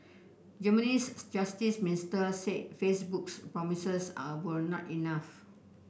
Germany's justice minister said Facebook's promises are were not enough